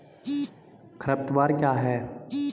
खरपतवार क्या है?